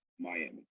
Miami